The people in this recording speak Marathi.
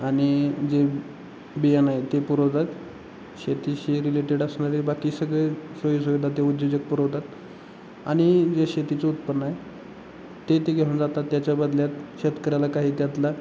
आणि जे बियाणं आहे ते पुरवतात शेतीशी रिलेटेड असणारे बाकी सगळे सोयीसुविधा ते उद्योजक पुरवतात आणि जे शेतीचं उत्पन्न आहे ते ते घेऊन जातात त्याच्याबदल्यात शेतकऱ्याला काही त्यातला